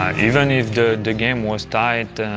even if the the game was tight,